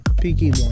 Peaky